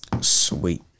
Sweet